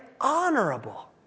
honorable